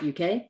UK